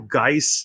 guys